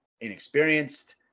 inexperienced